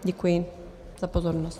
Děkuji za pozornost.